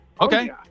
Okay